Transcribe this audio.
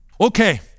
Okay